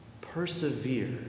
Persevere